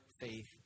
faith